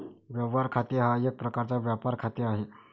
व्यवहार खाते हा एक प्रकारचा व्यापार खाते आहे